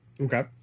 okay